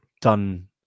done